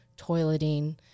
toileting